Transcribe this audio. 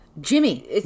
Jimmy